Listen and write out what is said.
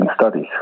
studies